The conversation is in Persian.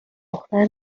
دختر